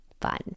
fun